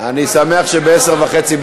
גם שמחה בחוץ.